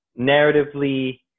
narratively